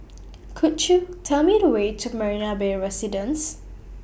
Could YOU Tell Me The Way to Marina Bay Residence